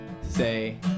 Say